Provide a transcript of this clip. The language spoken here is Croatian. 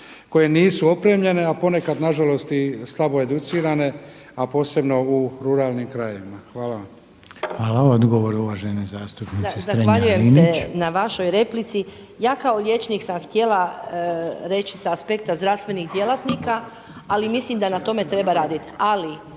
koje nisu opremljene, a ponekad na žalost i slabo educirane, a posebno u ruralnim krajevima. **Reiner, Željko (HDZ)** Hvala. Odgovor uvažena zastupnica Strenja-Linić. **Strenja, Ines (MOST)** Zahvaljujem se na vašoj replici. Ja kao liječnik sam htjela reći sa aspekta zdravstvenih djelatnika, ali mislim da na tome treba raditi.